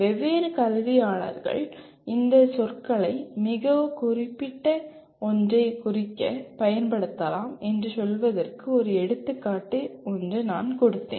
வெவ்வேறு கல்வியாளர்கள் இந்த சொற்களை மிகவும் குறிப்பிட்ட ஒன்றைக் குறிக்க பயன்படுத்தலாம் என்று சொல்வதற்கு ஒரு எடுத்துக்காட்டு ஒன்று நான் கொடுத்தேன்